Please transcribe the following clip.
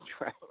right